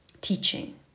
teaching